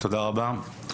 אנחנו